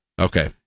Okay